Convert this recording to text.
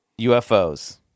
UFOs